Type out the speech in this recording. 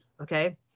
Okay